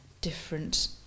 different